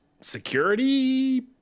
security